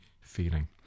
feeling